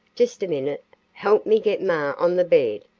just a minute help me get ma on the bed.